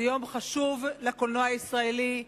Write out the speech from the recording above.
זה יום חשוב לקולנוע הישראלי.